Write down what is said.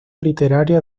literario